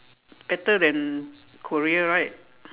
better than Korea right